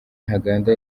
ntaganda